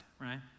right